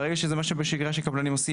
ברגע שזה מה שבשגרה קבלנים עושים,